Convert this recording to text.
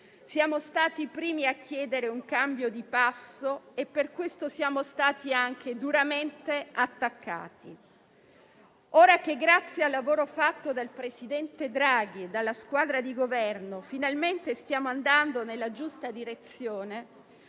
Siamo stati i primi a chiedere un cambio di passo e per questo siamo stati anche duramente attaccati. Ora che, grazie al lavoro compiuto dal presidente Draghi e dalla squadra di Governo, finalmente stiamo andando nella giusta direzione,